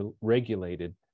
regulated